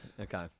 Okay